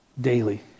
daily